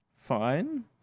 Fine